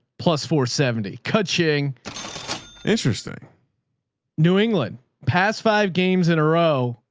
plus four seventy, kuching interesting new england pass five games in a row.